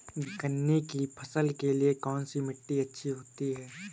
गन्ने की फसल के लिए कौनसी मिट्टी अच्छी होती है?